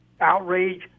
outrage